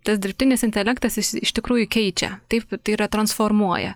tas dirbtinis intelektas jis iš tikrųjų keičia taip tai yra transformuoja